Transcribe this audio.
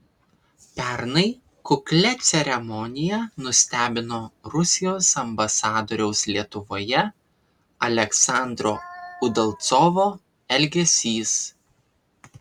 pernai kuklia ceremonija nustebino rusijos ambasadoriaus lietuvoje aleksandro udalcovo elgesys